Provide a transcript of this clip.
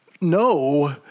no